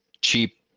cheap